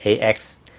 AX